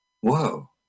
whoa